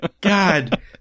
God